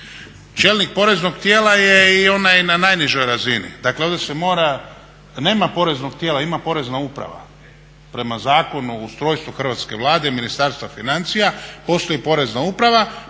Čelnik poreznog tijela je i onaj na najnižoj razini. Dakle, ovdje se mora, nema poreznog tijela ima porezna uprava, prema Zakonu o ustrojstvu Hrvatske Vlade i Ministarstva financija postoji porezna uprava,